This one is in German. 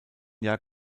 jahr